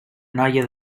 noia